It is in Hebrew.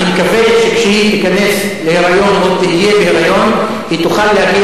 אני מקווה שכשהיא תיכנס להיריון או תהיה בהיריון היא תוכל להגיע